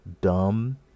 dumb